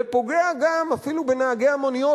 ופוגע גם אפילו בנהגי המוניות,